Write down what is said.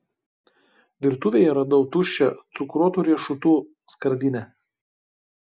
virtuvėje radau tuščią cukruotų riešutų skardinę